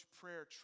prayer